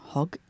Hog